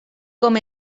com